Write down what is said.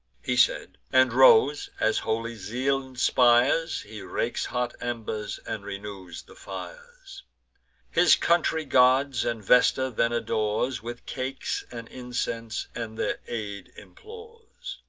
he said, and rose as holy zeal inspires, he rakes hot embers, and renews the fires his country gods and vesta then adores with cakes and incense, and their aid implores.